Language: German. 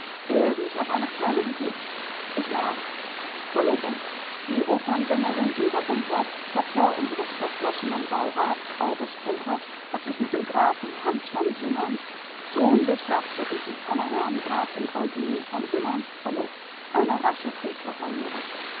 wies auf eine kleine notiz ich las verlobung die opernsängerin eva bunkert tochter unseres verflossenen baurats august bunkert hat sich mit dem grafen hanns von simmern sohn des herzoglichen kammerherrn grafen eugen von simmern verlobt eine rasche